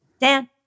Dan